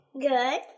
Good